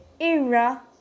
era